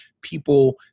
people